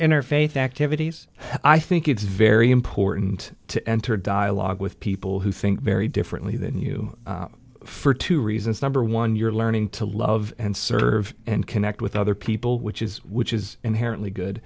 interfaith activities i think it's very important to enter dialogue with people who think very differently than you for two reasons number one you're learning to love and serve and connect with other people which is which is inherently good